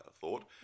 thought